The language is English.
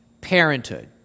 parenthood